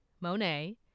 Monet